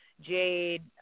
Jade